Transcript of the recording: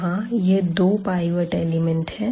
यहां यह दो पाईवट एलिमेंट है